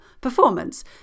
performance